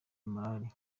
morali